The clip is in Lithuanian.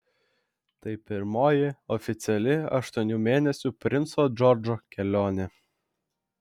tai pirmoji oficiali aštuonių mėnesių princo džordžo kelionė